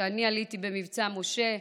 אני עליתי במבצע משה,